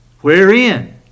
Wherein